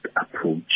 approach